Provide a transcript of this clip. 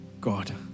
God